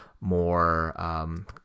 more